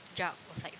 jug outside